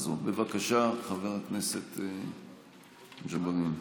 בבקשה, חבר הכנסת ג'בארין.